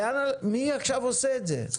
מי עכשיו עושה את זה?